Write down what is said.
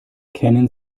kennen